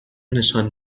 نشان